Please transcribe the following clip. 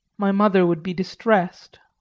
my mother would be distressed.